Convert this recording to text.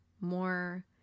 more